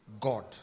God